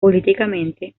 políticamente